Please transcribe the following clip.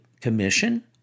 commission